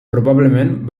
probablement